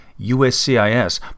USCIS